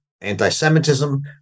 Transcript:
anti-semitism